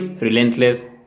relentless